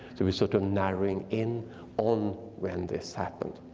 we're sort of narrowing in on when this happened.